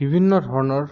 বিভিন্ন ধৰণৰ